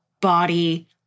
body